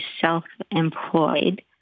self-employed